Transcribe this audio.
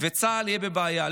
וצה"ל יהיה בבעיה.